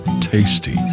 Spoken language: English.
tasty